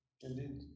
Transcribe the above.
Indeed